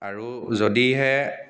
আৰু যদিহে